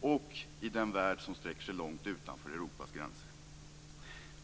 och i den värld som sträcker sig långt utanför Europas gränser.